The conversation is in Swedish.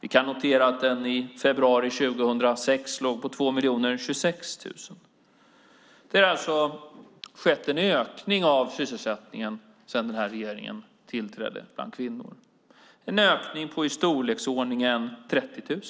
Vi kan också notera att den i februari 2006 låg på 2 026 000. Det har alltså skett en ökning av sysselsättningen sedan den här regeringen tillträdde bland kvinnor på i storleksordningen 30 000.